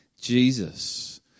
Jesus